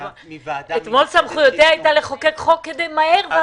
אתמול סמכויותיה היו לחוקק חוק במהירות.